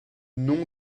nom